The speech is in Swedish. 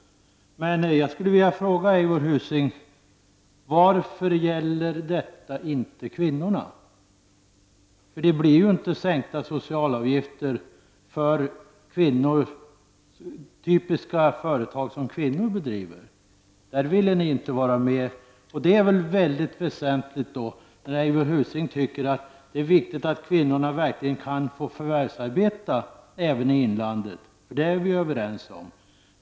Men jag skulle vilja fråga Eivor Husing: Varför gäller detta inte kvinnorna? Avgifterna sänks ju inte för typiska företag som kvinnor bedriver -- på det ville ni inte vara med. Eivor Husing tycker att det är viktigt att kvinnorna kan få förvärvsarbeta även i inlandet. Det är vi överens om.